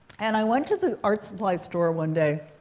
and i went to the art supply store one day.